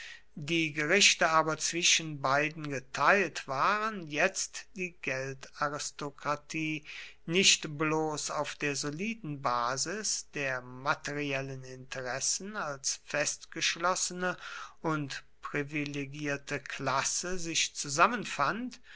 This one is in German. die gerichte aber zwischen beiden geteilt waren jetzt die geldaristokratie nicht bloß auf der soliden basis der materiellen interessen als festgeschlossene und privilegierte klasse sich zusammenfand